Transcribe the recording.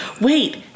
Wait